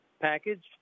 package